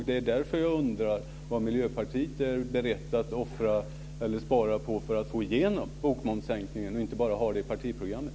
Det är därför som jag undrar vad Miljöpartiet är berett att spara in på för att få igenom bokmomssänkningen och inte bara ha den i partiprogrammet.